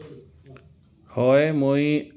হয় মই